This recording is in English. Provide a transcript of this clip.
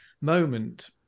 moment